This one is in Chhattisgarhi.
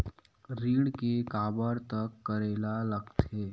ऋण के काबर तक करेला लगथे?